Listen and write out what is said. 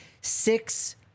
six